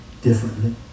differently